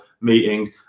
meetings